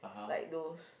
like those